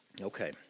Okay